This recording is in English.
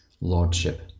Lordship